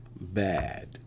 bad